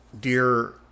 Dear